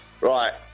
Right